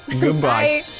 Goodbye